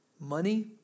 money